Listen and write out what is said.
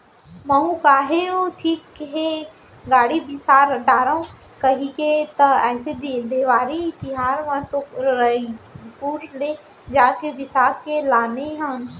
महूँ कहेव ठीक हे गाड़ी बिसा डारव कहिके त ऐदे देवारी तिहर म तो रइपुर ले जाके बिसा के लाने हन